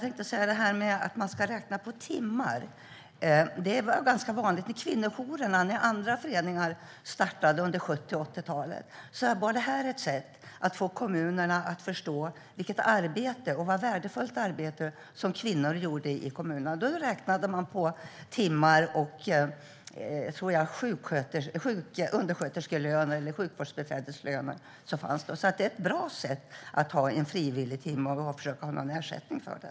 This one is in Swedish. Detta med att räkna timmar var ganska vanligt i kvinnojourerna. När dessa föreningar startade under 70 och 80-talet var detta ett sätt att få kommunerna att förstå vilket värdefullt arbete kvinnor gjorde. Då räknade man på timmar och, tror jag, undersköterskelöner eller sjukvårdsbiträdeslöner, som fanns då. Det är ett bra sätt att ha en frivilligtimme och försöka ha någon ersättning för det.